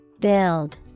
Build